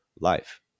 life